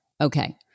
Okay